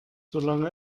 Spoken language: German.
solange